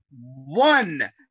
one